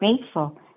grateful